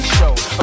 show